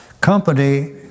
company